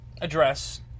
address